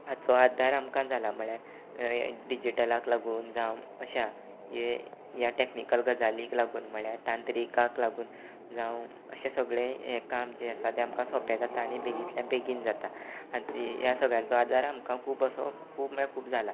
हाचो आदार आमकां जाला म्हळ्ळ्यार डिजिटलाक लागून जावं अशा ये या टॅक्निकल गजालींक लागून म्हळ्ळ्या तांत्रिकाक लागून जावं अशें सगळें यें काम जें आसा तें आमकां सोंपें जाता आनी बेगींतल्या बेगीन जाता हा ती ह्या सगळ्यांचो आदार आमकां खूब असो खूब म्हळ्या खूब जाला